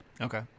Okay